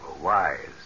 wise